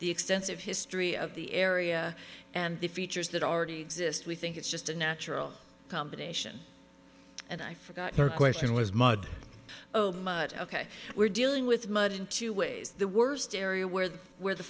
the extensive history of the area and the features that already exist we think it's just a natural combination and i forgot her question was mud oh much ok we're dealing with mud in two ways the worst area where the where the